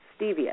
stevia